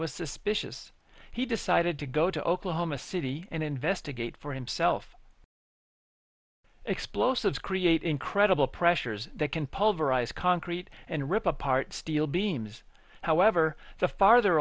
was suspicious he decided to go to oklahoma city and investigate for himself explosives create incredible pressures that can pull virus concrete and rip apart steel beams however the farther